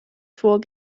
vor